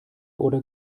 oder